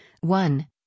One